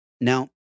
Now